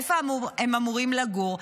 איפה הם אמורים לגור?